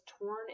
torn